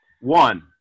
One